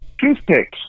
Toothpicks